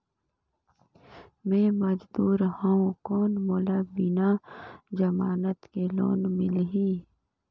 मे मजदूर हवं कौन मोला बिना जमानत के लोन मिलही?